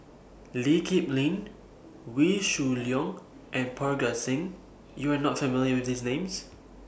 Lee Kip Lin Wee Shoo Leong and Parga Singh YOU Are not with These Names